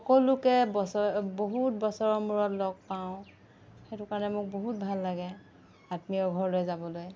সকলোকে বছৰে বহুত বছৰৰ মূৰত লগ পাওঁ সেইটো কাৰণে মোক বহুত ভাল লাগে আত্মীয় ঘৰলৈ যাবলৈ